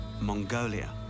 Mongolia